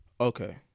Okay